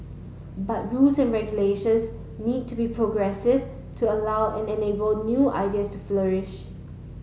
but rules and regulations need to be progressive to allow and enable new ideas to flourish